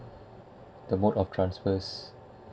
the mode of transfer